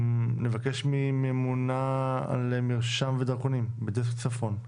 נבקש מממונה על מרשם ודרכונים בדסק צפון,